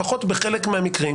לפחות בחלק מהמקרים,